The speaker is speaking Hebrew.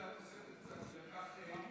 מגיעה לה תוספת השלמת זמן.